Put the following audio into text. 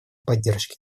поддержке